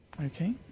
Okay